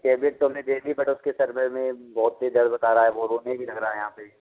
tablet तो हमने दे दी बट उसके सिर में बहुत दर्द बता रहा है यहाँ पे